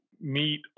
meet